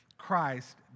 Christ